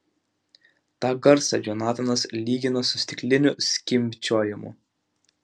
tą garsą džonatanas lygino su stiklinių skimbčiojimu